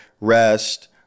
rest